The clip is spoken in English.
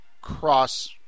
cross